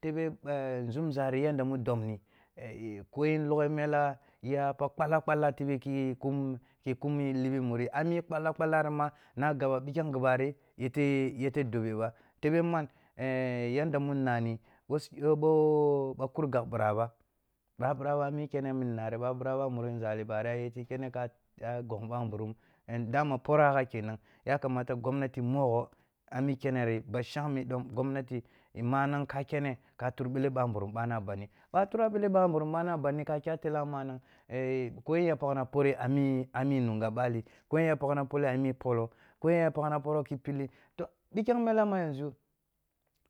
Tebe ezumzari danda mu dobni ko yen loghee enla ya pagh kwalla kwalla tebe khi kum libi muri, ami kwalla kwalla rima na gaba pikhem ghi ɓari yete yete dobe ba, tebe man eh yanda mu nnani ɓa kur gagh ɓira ba ɓa ɓira ba a mi kene mini nari ɓa ɓira ba a muri nȝali ɓari ya yete kene ka ka, ka gon ɓamburum eh dama poragha kenam, ya kamata gomnati mogho a mi keneri bashang me dom gomnati e manang ka kene ka tur ɓele ɓamburim ɓana a bandi ɓa a tura ɓale ɓamburum ɓana a bandi ka kya tella manang ko yen ya paghna poreh a, a mi nunga bali, ko yen ya paghna poreli a mi polo, ko ya paghna poroh ki pille, toh, pikhem maha ma yanȝu,